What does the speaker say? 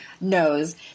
knows